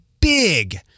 big